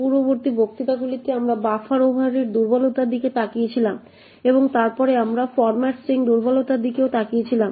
পূর্ববর্তী বক্তৃতাগুলিতে আমরা বাফার ওভাররিড দুর্বলতার দিকে তাকিয়েছিলাম এবং তারপরে আমরা ফরম্যাট স্ট্রিং দুর্বলতার দিকেও তাকিয়েছিলাম